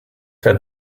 said